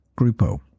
Grupo